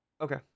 Okay